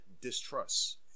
distrust